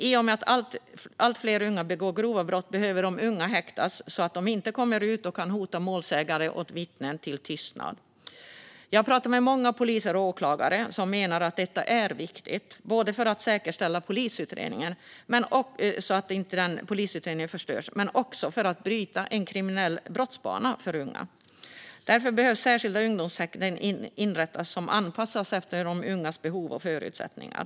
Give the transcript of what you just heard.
I och med att allt fler unga begår grova brott behöver fler unga häktas så att de inte kommer ut och kan hota målsäganden och vittnen till tystnad. Jag har pratat med många poliser och åklagare som menar att detta förslag är viktigt, både för att säkerställa att polisutredningen inte förstörs och för att bryta en kriminell brottsbana för unga. Därför behöver särskilda ungdomshäkten inrättas som anpassas efter ungas behov och förutsättningar.